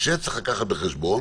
צריך לקחת בחשבון